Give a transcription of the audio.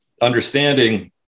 understanding